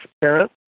parents